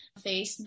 Facebook